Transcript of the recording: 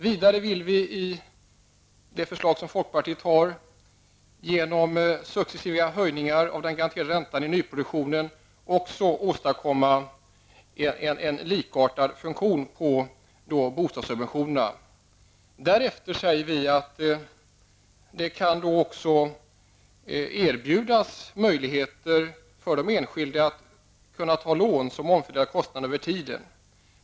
Vidare vill vi, som framgår av vårt förslag, genom successiva höjningar av den garanterade räntan i nyproduktion åstadkomma en likartad funktion beträffande bostadssubventionerna. Därefter kan den enskilde, säger vi, erbjudas möjligheter att ta lån som innebär en omfördelning av kostnaderna över tiden.